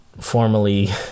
formally